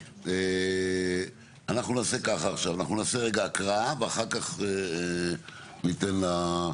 אנחנו נקרא ואחר כך תהיה התייחסות.